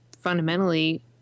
fundamentally